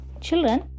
children